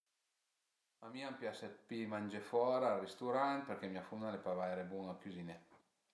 A mi a m'pias d'pi mangé fora al risturant, perché mia fumna al e pa vaire bun-a a cüziné